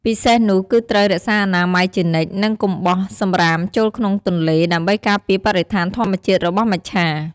ពិសេសនោះគឺត្រូវរក្សាអនាម័យជានិច្ច និងកុំបោះសំរាមចូលក្នុងទន្លេ ដើម្បីការពារបរិស្ថានធម្មជាតិរបស់មច្ឆា ។